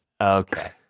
Okay